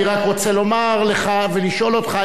אני רק רוצה לומר לך ולשאול אותך,